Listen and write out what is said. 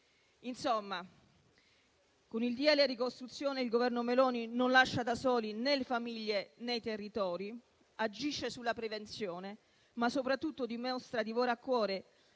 il decreto-legge ricostruzione il Governo Meloni non lascia soli né famiglie, né i territori, agisce sulla prevenzione, ma soprattutto dimostra di avere a cuore